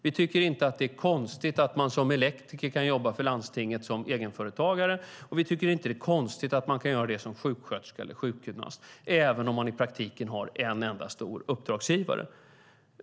Vi tycker inte att det är konstigt att man som elektriker kan jobba för landstinget som egenföretagare. Vi tycker inte att det är konstigt att man kan göra det som sjuksköterska eller sjukgymnast, även om man i praktiken har en enda uppdragsgivare.